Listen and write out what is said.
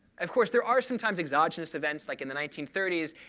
of course, there are sometimes exogenous events. like in the nineteen thirty s,